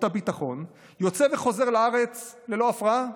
הביטחון יוצא מהארץ וחוזר לארץ ללא הפרעה?